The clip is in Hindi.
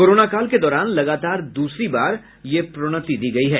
कोरोना काल के दौरान लगातार दूसरी बार यह प्रोन्नति दी गयी है